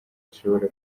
zishobora